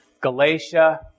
Galatia